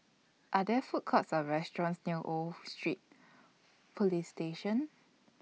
Are There Food Courts Or restaurants near Old Street Police Station